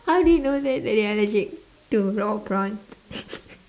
how do you know that that you're allergic to raw prawn